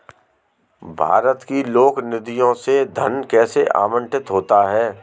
भारत की लोक निधियों से धन कैसे आवंटित होता है?